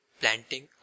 Planting